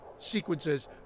sequences